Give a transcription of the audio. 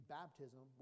baptism